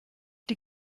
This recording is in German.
die